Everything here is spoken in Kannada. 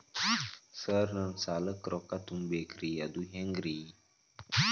ಸರ್ ನನ್ನ ಸಾಲಕ್ಕ ರೊಕ್ಕ ತುಂಬೇಕ್ರಿ ಅದು ಹೆಂಗ್ರಿ?